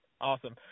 Awesome